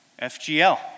FGL